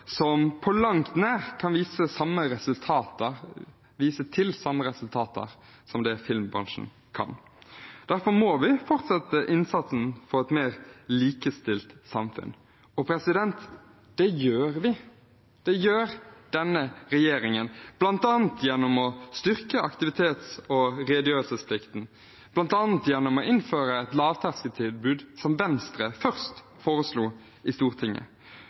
som ikke på langt nær kan vise til de samme resultatene som det filmbransjen kan. Derfor må vi fortsette innsatsen for et mer likestilt samfunn. Og det gjør vi. Det gjør denne regjeringen, bl.a. gjennom å styrke aktivitets- og redegjørelsesplikten og gjennom å innføre et lavterskeltilbud, som Venstre først foreslo i Stortinget.